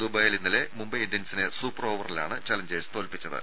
ദുബായിൽ ഇന്നലെ മുംബൈ ഇന്ത്യൻസിനെ സൂപ്പർ ഓവറിലാണ് ചലഞ്ചേഴ്സ് തോൽപ്പിച്ചത്